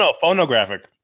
Phonographic